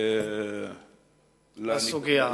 לסוגיה.